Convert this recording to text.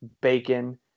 bacon